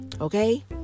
Okay